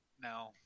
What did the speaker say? No